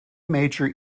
major